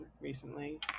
recently